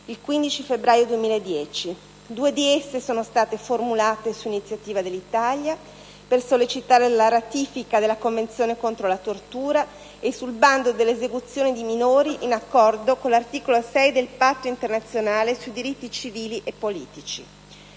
il 15 febbraio 2010. Due di esse sono state formulate su iniziativa dell'Italia per sollecitare la ratifica della Convenzione contro la tortura e sul bando delle esecuzioni di minori, in accordo con l'articolo 6 del Patto internazionale sui diritti civili e politici.